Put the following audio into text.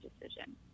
decision